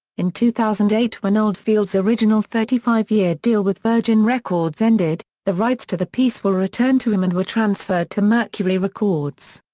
in two thousand and eight when oldfield's original thirty five year deal with virgin records ended, the rights to the piece were returned to him and were transferred to mercury records.